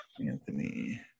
Anthony